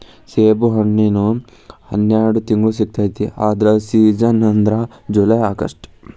ಸೇಬುಹಣ್ಣಿನ ಹನ್ಯಾಡ ತಿಂಗ್ಳು ಸಿಗತೈತಿ ಆದ್ರ ಸೇಜನ್ ಅಂದ್ರ ಜುಲೈ ಅಗಸ್ಟ